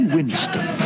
Winston